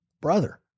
brother